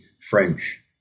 French